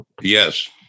yes